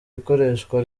ikoreshwa